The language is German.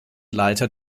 leiter